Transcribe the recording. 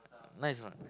nice a not